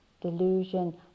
delusion